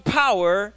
power